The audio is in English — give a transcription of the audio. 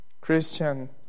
Christian